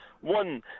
One